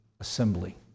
assembly